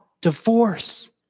divorce